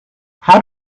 how